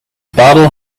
bottle